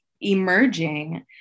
emerging